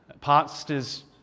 pastors